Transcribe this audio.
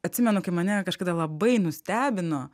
atsimenu kai mane kažkada labai nustebino